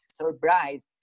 surprise